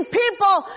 people